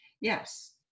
Yes